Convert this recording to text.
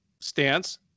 stance